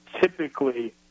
typically